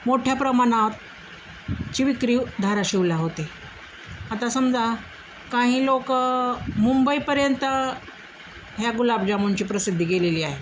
मोठ्या प्रमाणाची विक्री धाराशिवला होते आता समजा काही लोकं मुंबईपर्यंत ह्या गुलाबजामुनची प्रसिद्धी गेलेली आहे